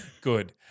Good